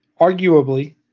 arguably